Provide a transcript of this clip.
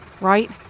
right